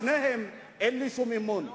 בשניהם אין לי שום אמון.